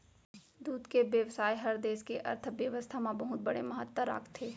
दूद के बेवसाय हर देस के अर्थबेवस्था म बहुत बड़े महत्ता राखथे